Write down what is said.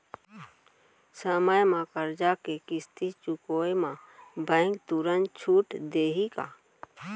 समय म करजा के किस्ती चुकोय म बैंक तुरंत छूट देहि का?